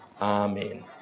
Amen